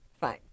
Fine